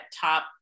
top